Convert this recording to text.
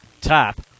tap